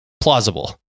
plausible